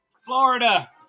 Florida